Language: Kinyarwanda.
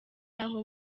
aho